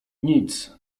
nic